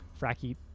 Fracky